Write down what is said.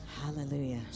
Hallelujah